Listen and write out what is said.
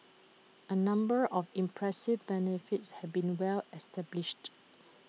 A number of impressive benefits have been well established